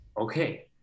Okay